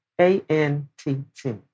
A-N-T-T